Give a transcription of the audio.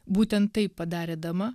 būtent tai padarė dama